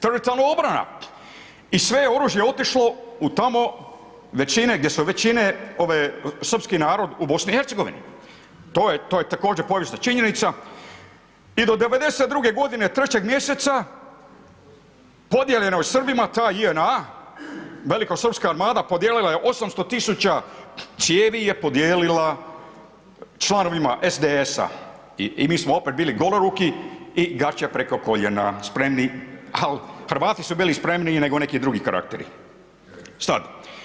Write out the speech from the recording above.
Teritorijalna obrana i sve je oružje otišlo u tamo većine, gdje su većine, srpski narod u BiH-u, to je također povijesna činjenica i do '92. g. 3. mj. podijeljena je Srbija ta JNA, velikosrpska armada podijelila je 800 000 cijevi je podijelila članovima SDS-a i mi smo opet bili goloruki i gaće preko koljena, spremni ali Hrvati su bili spremniji nego neki drugi karakteri sad.